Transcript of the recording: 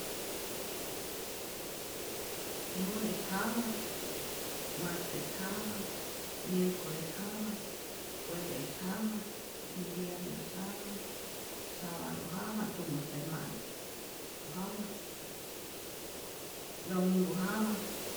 Lunes jama martes jama miercoles jama jueves jama y viernes jama sabadu jama, tumä semana' jama domingu jama